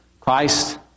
Christ